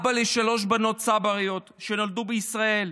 אבא לשלוש בנות צבריות שנולדו בישראל,